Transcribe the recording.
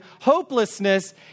hopelessness